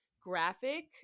graphic